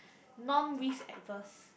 non risk adverse